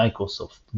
מיקרוסופט,